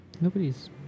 Nobody's